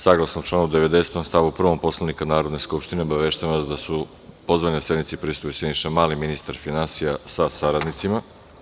Saglasno članu 90. stav 1. Poslovnika Narodne skupštine, obaveštavam vas da su pozvani da sednici prisustvuju Siniša Mali, ministar finansija sa saradnicima.